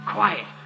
Quiet